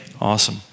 Awesome